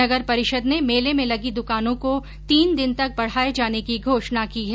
नगर परिषद ने मेले में लगी दुकानों को तीन दिन तक बढ़ाये जाने की घोषणा की है